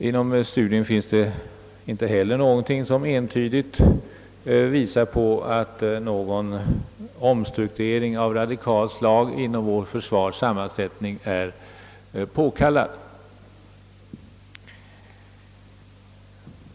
I studien finns inte heller någonting som entydigt visar att en radikal omstrukturering av vårt försvars sammansättning är påkallad.